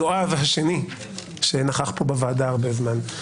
יואב השני שנכח כאן בוועדה הרבה זמן,